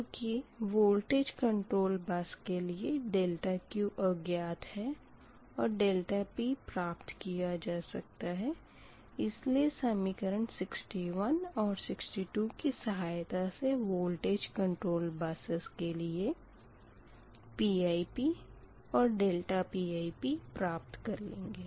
चूंकि voltage control bus के लिए ∆Q अज्ञात है और ∆P प्राप्त किया जा सकता है इसीलिए समीकरण 61 और 62 की सहायता से वोल्टेज कंट्रोल बसेस के लिए Pipand ∆Pip प्राप्त करेंगे